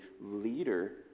leader